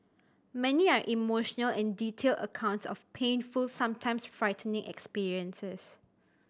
many are emotional and detailed accounts of painful sometimes frightening experiences